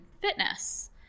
fitness